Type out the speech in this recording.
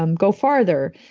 um go farther,